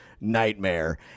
nightmare